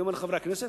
אני אומר לחברי הכנסת,